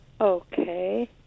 Okay